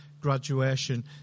graduation